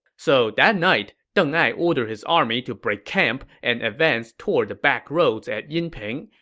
so that night, deng ai ordered his army to break camp and advance toward the backroads at yinping.